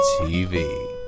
tv